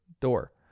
door